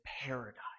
paradise